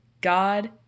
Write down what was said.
God